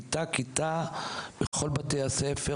כיתה-כיתה בכל בתי הספר,